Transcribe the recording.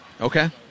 Okay